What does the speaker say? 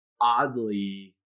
oddly